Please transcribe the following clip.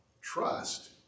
Trust